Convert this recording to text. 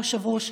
היושב-ראש,